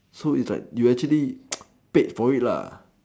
so it's like you actually paid for it lah